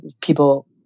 People